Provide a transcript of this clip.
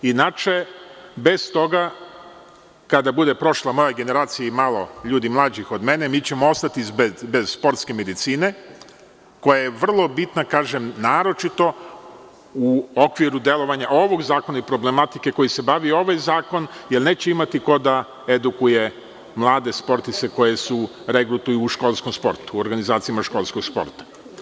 Inače bez toga kada bude prošla moja generacija i malo ljudi mlađih od mene, mi ćemo ostati bez sportske medicine, koja je vrlo bitna, kažem naročito u okviru delovanja ovog zakona i problematike kojom se bavi ovaj zakon, jer neće imati ko da edukuje mlade sportiste koji se regrutuju u školskom sportu, u organizacijama školskog sporta.